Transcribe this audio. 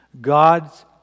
God's